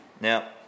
Now